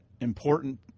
important